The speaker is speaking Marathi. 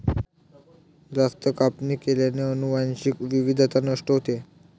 जास्त कापणी केल्याने अनुवांशिक विविधता नष्ट होते